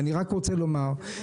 אני רק רוצה לומר,